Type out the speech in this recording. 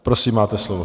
Prosím, máte slovo.